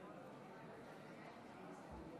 ההצבעה: